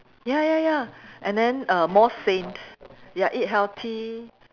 ya ya ya and then err more sane ya eat healthy